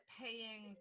paying